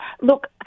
Look